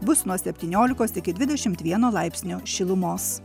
bus nuo septyniolikos iki dvidešim vieno laipsnio šilumos